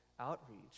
Outreach